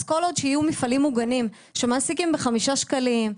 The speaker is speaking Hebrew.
אז כל עוד שיהיו מפעלים מוגנים שמעסיקים ב-5 שקלים,